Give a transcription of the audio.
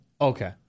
Okay